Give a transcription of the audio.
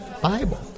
Bible